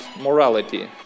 morality